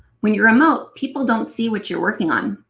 when you're remote, people don't see what you're working on,